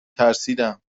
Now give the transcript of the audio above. ترسیدم